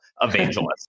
evangelist